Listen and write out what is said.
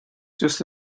just